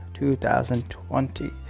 2020